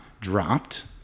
dropped